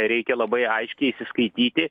reikia labai aiškiai įsiskaityti